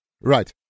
Right